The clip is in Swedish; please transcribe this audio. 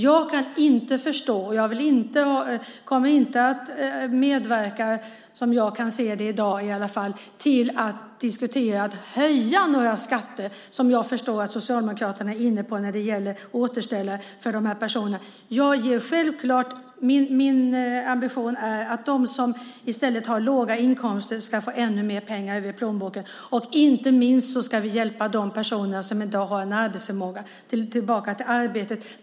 Jag kommer som jag ser det i dag inte att medverka till att diskutera höjda skatter, vilket jag har förstått att Socialdemokraterna är inne på när det gäller att återställa för de här personerna. Min ambition är att de som har låga inkomster ska få ännu mer pengar över i plånboken. Inte minst ska vi hjälpa dem som i dag har en arbetsförmåga tillbaka till arbetet.